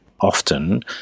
often